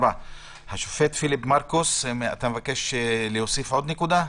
השופט פיליפ מרכוס, אתה מבקש להוסיף עוד נקודה?